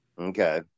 Okay